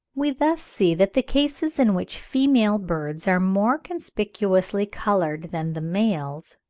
we thus see that the cases in which female birds are more conspicuously coloured than the males,